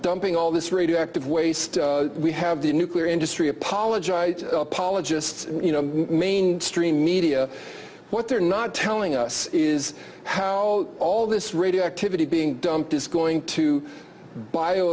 dumping all this radioactive waste we have the nuclear industry apologia apologists you know mainstream media what they're not telling us is how all this radioactivity being dumped is going to bio